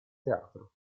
teatro